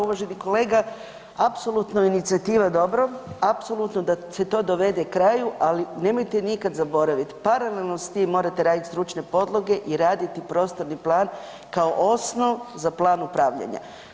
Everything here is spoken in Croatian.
Uvaženi kolega, apsolutno inicijativa dobro, apsolutno da se to dovede kraju, ali nemojte nikada zaboraviti paralelno s tim morate raditi stručne podloge i raditi prostorni plan kao osnov za plan upravljanja.